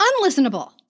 unlistenable